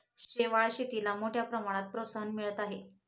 शेवाळ शेतीला मोठ्या प्रमाणात प्रोत्साहन मिळत आहे